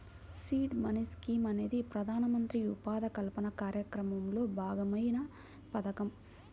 seed money scheme అనేది ప్రధానమంత్రి ఉపాధి కల్పన కార్యక్రమంలో భాగమైన పథకం